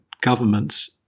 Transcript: governments